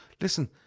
Listen